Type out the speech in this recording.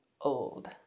old